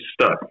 stuck